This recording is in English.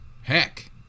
heck